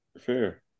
Fair